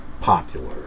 popular